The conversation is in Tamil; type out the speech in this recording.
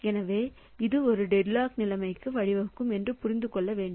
எனவே இது ஒரு டெட்லாக் நிலைமைக்கு வழிவகுக்கும் என்று புரிந்து கொள்ள வேண்டும்